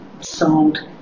sold